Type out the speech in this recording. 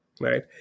right